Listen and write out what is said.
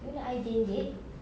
you nak I jinjit